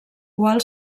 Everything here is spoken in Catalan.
qual